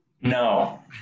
No